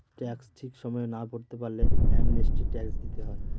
tax ঠিক সময়ে না ভরতে পারলে অ্যামনেস্টি ট্যাক্স দিতে হয়